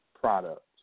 product